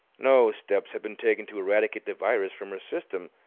no steps had been taken to eradicate the virus from her system,